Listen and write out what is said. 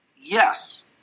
Yes